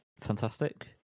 fantastic